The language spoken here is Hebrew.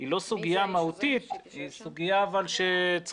היא לא סוגיה מהותית אבל היא סוגיה שצריך